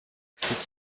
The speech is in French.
c’est